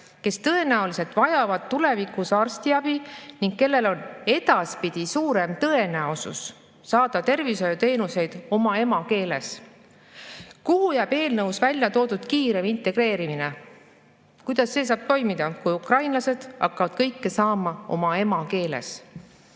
kes tõenäoliselt vajavad tulevikus arstiabi ning kellel on edaspidi suurem tõenäosus saada tervishoiuteenuseid oma emakeeles. Kuhu jääb eelnõus toodud kiirem integreerimine? Kuidas see saab toimuda, kui ukrainlased hakkavad kõike saama oma emakeeles?